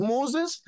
Moses